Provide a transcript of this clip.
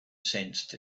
sensed